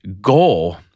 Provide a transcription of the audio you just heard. goal